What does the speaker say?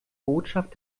botschaft